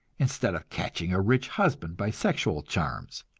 instead of catching a rich husband by sexual charms.